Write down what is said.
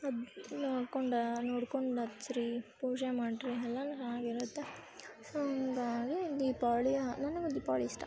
ಅದು ನೋಡ್ಕೊಂಡು ನೋಡ್ಕೊಂಡು ಹಚ್ರಿ ಪೂಜೆ ಮಾಡಿರಿ ಆಗಿರುತ್ತೆ ಸೊ ಹಾಗಾಗಿ ದೀಪಾವಳಿ ನನಗೂ ದೀಪಾವಳಿ ಇಷ್ಟ